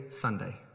Sunday